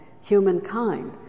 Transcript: humankind